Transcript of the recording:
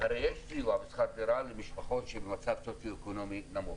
הרי יש סיוע בשכר דירה למשפחות שהן במצב סוציואקונומי נמוך.